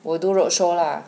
will do roadshow lah